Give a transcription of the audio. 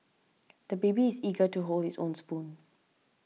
the baby is eager to hold his own spoon